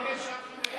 זה לא 10 שקלים.